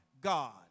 God